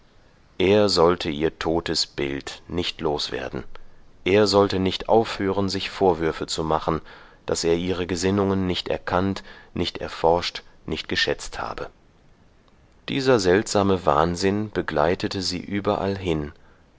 er sollte ihr totes bild nicht loswerden er sollte nicht aufhören sich vorwürfe zu machen daß er ihre gesinnungen nicht erkannt nicht erforscht nicht geschätzt habe dieser seltsame wahnsinn begleitete sie überallhin sie